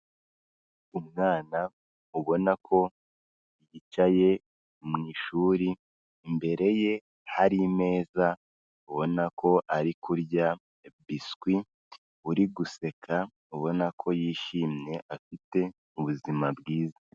Umwana ubona ko yicaye mu ishuri, imbere ye hari imeza ubona ko ari kurya biswi, uri guseka ubona ko yishimye, afite ubuzima bwiza.